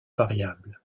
variables